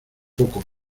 poco